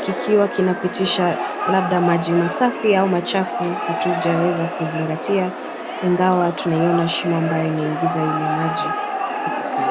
kikiwa kinapitisha labda maji masafi , ama chafu hatujaeza kuzingatia ingawa tunainoa shimo inayoingiza maji hapo kando.